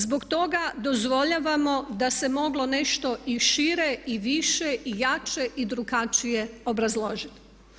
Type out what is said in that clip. Zbog toga dozvoljavamo da se moglo nešto i šire i više i jače i drugačije obrazložiti.